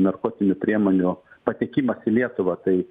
narkotinių priemonių patekimas į lietuvą tai